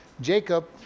Jacob